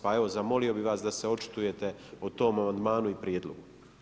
Pa evo, zamolio bi vas da se očitujete o tom amandmanu i prijedlogu.